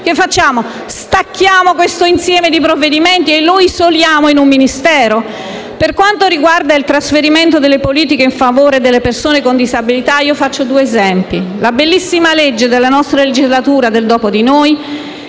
Che facciamo? Stacchiamo questo insieme di provvedimenti e lo isoliamo in un Ministero? Per quanto riguarda il trasferimento delle politiche in favore delle persone con disabilità, faccio due esempi: la bellissima legge della scorsa legislatura sul «Dopo di noi»